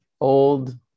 old